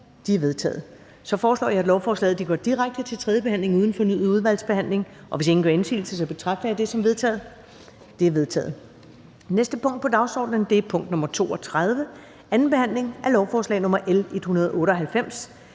De er vedtaget. Jeg foreslår, at lovforslaget går direkte til tredje behandling uden fornyet udvalgsbehandling. Hvis ingen gør indsigelse, betragter jeg det som vedtaget. Det er vedtaget. --- Det næste punkt på dagsordenen er: 37) 2. behandling af lovforslag nr. L